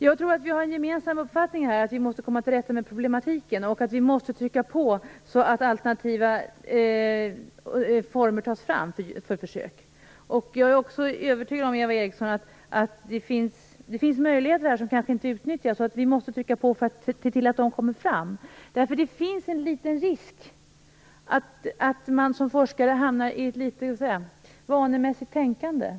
Jag tror att vi är överens om att vi måste komma till rätta med problematiken och att vi måste trycka på så att alternativa former för försök tas fram. Jag är också, Eva Eriksson, övertygad om att det finns möjligheter som kanske inte utnyttjas och att vi måste trycka på för att se till att de kommer fram. Det finns nämligen en liten risk för att man som forskare hamnar i ett vanemässigt tänkande.